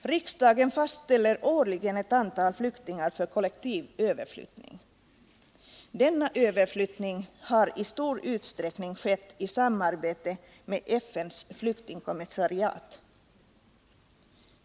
Riksdagen fastställer årligen ett antal flyktingar för kollektiv överflyttning. Denna överflyttning har i stor utsträckning skett i samarbete med FN:s flyktingkommissariat.